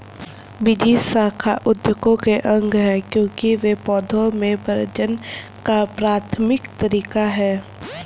बीज खाद्य उद्योग के अंग है, क्योंकि वे पौधों के प्रजनन का प्राथमिक तरीका है